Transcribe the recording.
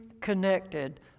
connected